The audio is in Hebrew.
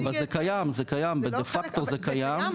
אבל זה קיים בדה פקטו זה קיים.